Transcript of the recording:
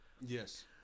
yes